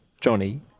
Johnny